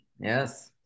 Yes